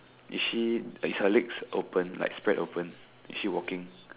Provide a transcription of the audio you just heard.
is she is her legs open like spread open is she walking